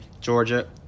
Georgia